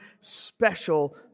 special